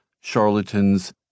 charlatans